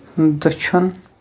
دٔچھُن